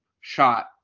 shot